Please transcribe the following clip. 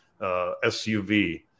SUV